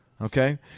Okay